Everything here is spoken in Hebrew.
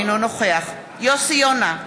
אינו נוכח יוסי יונה,